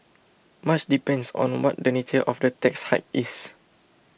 much depends on what the nature of the tax hike is